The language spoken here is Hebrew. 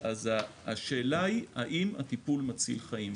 השאלה היא האם הטיפול מציל חיים?